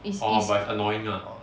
is is